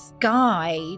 guide